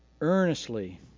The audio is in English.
Earnestly